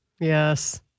Yes